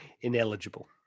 ineligible